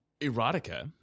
Erotica